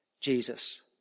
Jesus